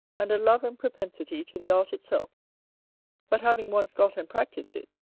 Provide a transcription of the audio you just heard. and a love and propensity to the art itself but having once got and practiced it,